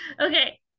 Okay